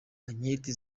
anketi